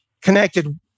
connected